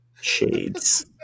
Shades